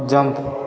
jump